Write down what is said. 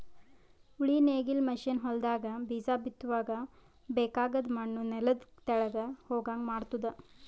ಉಳಿ ನೇಗಿಲ್ ಮಷೀನ್ ಹೊಲದಾಗ ಬೀಜ ಬಿತ್ತುವಾಗ ಬೇಕಾಗದ್ ಮಣ್ಣು ನೆಲದ ತೆಳಗ್ ಹೋಗಂಗ್ ಮಾಡ್ತುದ